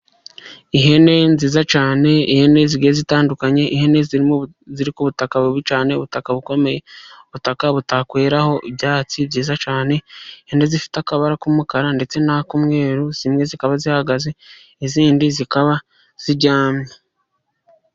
Ihene nziza cyane, ihene zigiye zitandukanye, ihene ziri ku butaka bubi cyane, ubutaka bukomeye, ubutaka butakweraho ibyatsi byiza cyane, ihene zifite akabara k'umukara ndetse n'ak'umweru, zimwe zikaba zihagaze izindi zikaba ziryamye.